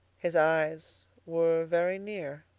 his eyes were very near.